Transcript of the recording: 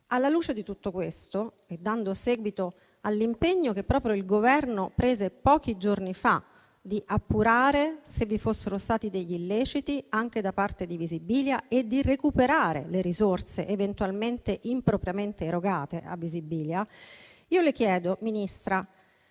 Alla luce di tutto questo e dando seguito all'impegno che proprio il Governo ha preso pochi giorni fa di appurare se vi fossero stati degli illeciti anche da parte di Visibilia e di recuperare le risorse eventualmente erogate impropriamente a Visibilia, le pongo la